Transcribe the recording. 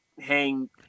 hang